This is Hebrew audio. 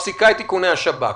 את מפסיקה את איכוני השב"כ?